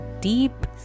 deep